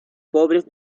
pobres